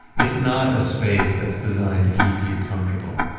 it's not a space that's designed to keep you comfortable.